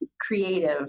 creative